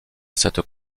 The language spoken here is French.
cette